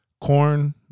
Corn